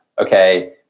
okay